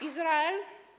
Izrael?